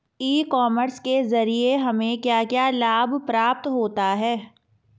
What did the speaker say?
ई commerce के ज़रिए हमें क्या क्या लाभ प्राप्त होता है?